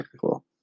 cool